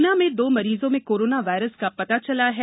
गुना में दो मरीजों में कोरोना वायरस का पता चला है